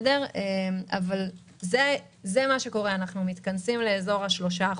זה מה שקורה: אנחנו מתכנסים לאזור ה-3%,